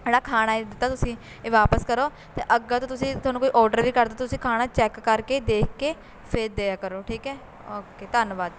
ਜਿਹੜਾ ਖਾਣਾ ਹੈ ਦਿੱਤਾ ਤੁਸੀਂ ਇਹ ਵਾਪਸ ਕਰੋ ਅਤੇ ਅੱਗੋਂ ਤੋਂ ਤੁਸੀਂ ਥੋਨੂੰ ਕੋਈ ਔਰਡਰ ਵੀ ਕਰਦਾ ਤੁਸੀਂ ਖਾਣਾ ਚੈੱਕ ਕਰਕੇ ਦੇਖ ਕੇ ਫਿਰ ਦਿਆ ਕਰੋ ਠੀਕ ਹੈ ਓਕੇ ਧੰਨਵਾਦ ਜੀ